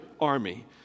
army